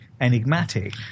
Enigmatic